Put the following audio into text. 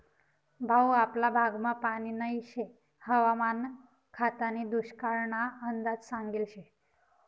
भाऊ आपला भागमा पानी नही शे हवामान खातानी दुष्काळना अंदाज सांगेल शे